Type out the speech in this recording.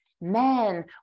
Men